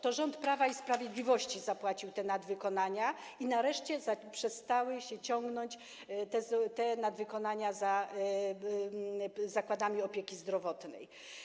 To rząd Prawa i Sprawiedliwości zapłacił te nadwykonania i nareszcie przestały ciągnąć się te nadwykonania za zakładami opieki zdrowotnej.